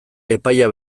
epaia